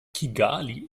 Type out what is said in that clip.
kigali